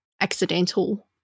accidental